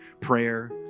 prayer